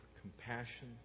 compassion